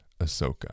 Ahsoka